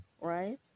Right